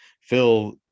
phil